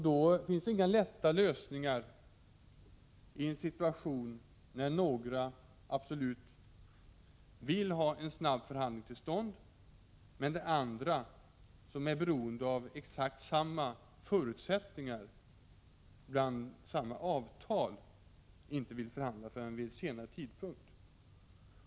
Det fanns inga enkla lösningar, i en situation när några absolut ville få till stånd en förhandling snabbt, medan andra, som var beroende av exakt samma förutsättningar i samma avtal, inte ville förhandla förrän vid en senare tidpunkt.